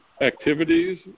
activities